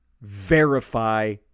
verify